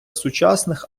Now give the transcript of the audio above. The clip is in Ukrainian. сучасних